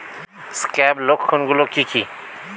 Scab লক্ষণ গুলো কি কি?